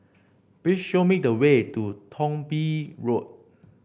please show me the way to Thong Bee Road